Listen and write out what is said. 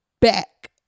back